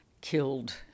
killed